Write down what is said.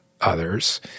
others